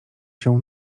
się